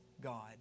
God